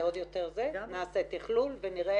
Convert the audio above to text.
זה בכלל לא קשור לעניין שבהחלט אנחנו יכולים,